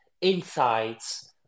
insights